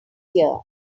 year